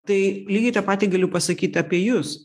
tai lygiai tą patį galiu pasakyt apie jus